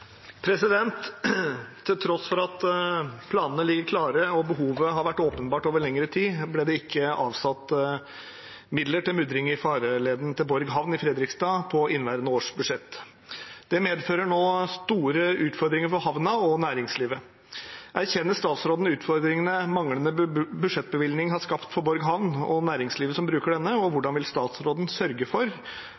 penger til mudring i farleden til Borg havn i Fredrikstad på årets budsjett. Dette medfører nå store utfordringer for havna og næringslivet. Erkjenner statsråden utfordringene manglende budsjettbevilgning har skapt for Borg havn og næringslivet som bruker denne, og